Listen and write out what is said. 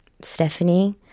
Stephanie